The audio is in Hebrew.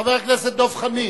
חבר הכנסת דב חנין,